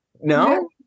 no